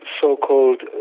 so-called